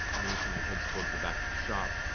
and he kind of heads towards the back of the shop,